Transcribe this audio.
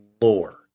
lore